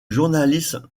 journaliste